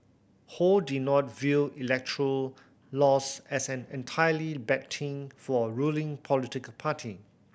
ho did not view electoral loss as an entirely bad thing for a ruling political party